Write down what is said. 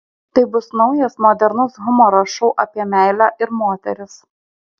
tai bus naujas modernus humoro šou apie meilę ir moteris